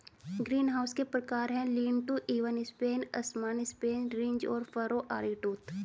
greenhouse के प्रकार है, लीन टू, इवन स्पेन, असमान स्पेन, रिज और फरो, आरीटूथ